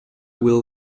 will